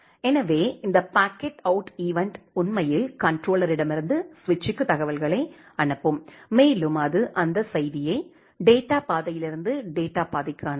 எனவே இந்த packet out event உண்மையில் கண்ட்ரோலரிடமிருந்து சுவிட்சுக்கு தகவல்களை அனுப்பும் மேலும் அது அந்த செய்தியை டேட்டா பாதையிலிருந்து டேட்டா பாதைக்கு அனுப்பும்